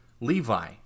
Levi